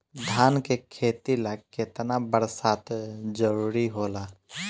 धान के खेती ला केतना बरसात जरूरी होला?